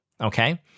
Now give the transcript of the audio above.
Okay